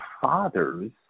fathers